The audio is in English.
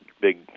big